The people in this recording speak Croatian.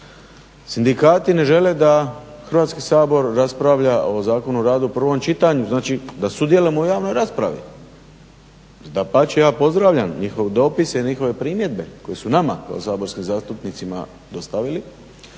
Sindikati ne žele da Hrvatski sabor raspravlja o Zakonu o radu u prvom čitanju, znači da sudjelujemo u javnoj raspravi. Dapače, ja pozdravljam njihove dopise i njihove primjedbe koje su nama kao saborskim zastupnicima dostavili